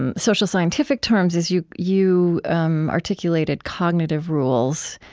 and social-scientific terms is, you you um articulated cognitive rules,